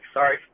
Sorry